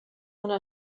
una